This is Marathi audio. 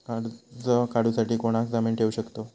कर्ज काढूसाठी कोणाक जामीन ठेवू शकतव?